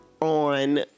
on